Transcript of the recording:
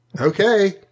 Okay